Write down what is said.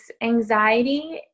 anxiety